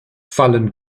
fallen